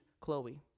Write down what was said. Chloe